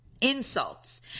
Insults